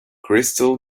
crystal